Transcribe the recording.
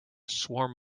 swarm